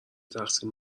تقصیر